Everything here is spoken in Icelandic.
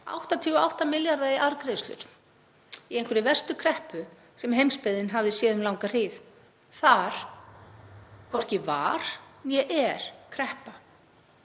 88 milljarða í arðgreiðslur í einhverri verstu kreppu sem heimsbyggðin hafði séð um langa hríð. Þar hvorki var né er kreppa.